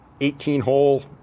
18-hole